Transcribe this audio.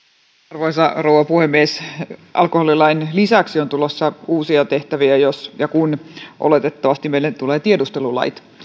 arvoisa rouva puhemies alkoholilain lisäksi on tulossa uusia tehtäviä jos ja kun oletettavasti meille tulee tiedustelulait